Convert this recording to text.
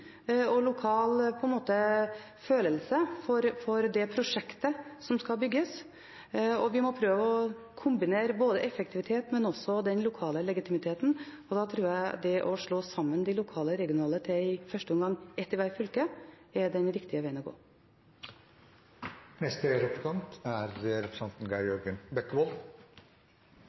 av lokal legitimitet og – på en måte – en lokal følelse for det prosjektet som skal bygges. Vi må prøve å kombinere effektivitet med den lokale legitimiteten. Da tror jeg at det å slå sammen de lokale og regionale til – i første omgang – ett i hvert fylke, er den riktige vegen å gå.